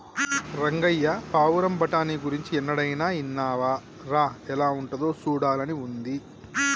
రంగయ్య పావురం బఠానీ గురించి ఎన్నడైనా ఇన్నావా రా ఎలా ఉంటాదో సూడాలని ఉంది